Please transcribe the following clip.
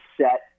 set